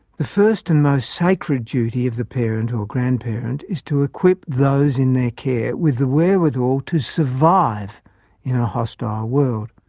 the first and most sacred duty of the parent or grandparent is to equip those in their care with the wherewithal to survive in a hostile world.